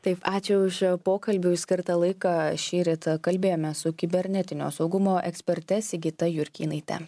taip ačiū už pokalbiui skirtą laiką šįryt kalbėjome su kibernetinio saugumo eksperte sigita jurkynaite